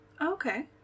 Okay